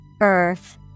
Earth